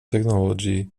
technology